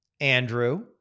Andrew